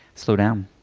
slow down.